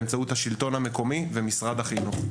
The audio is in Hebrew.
באמצעות השלטון המקומי ומשרד החינוך.